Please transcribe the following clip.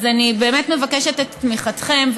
אז אני באמת מבקשת את תמיכתכם.